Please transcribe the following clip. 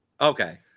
Okay